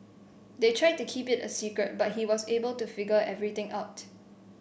they tried to keep it a secret but he was able to figure everything out